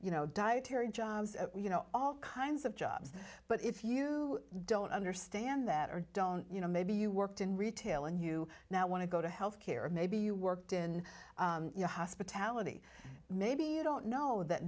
you know dietary jobs you know all kinds of jobs but if you don't understand that or don't you know maybe you worked in retail and you now want to go to health care or maybe you worked in hospitality maybe you don't know that